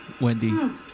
Wendy